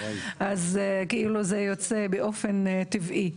אז כאילו זה יוצא באופן טבעי.